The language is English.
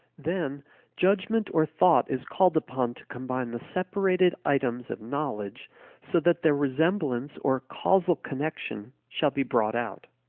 then judgment or thought is called upon to combine the separated items of knowledge so that their resemblance or causal connection shall be brought out.